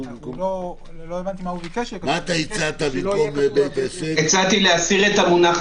בסעיף..." "...למעט מקבל שירות מזדמן" - זה היה עושה שכל.